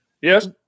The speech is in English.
Yes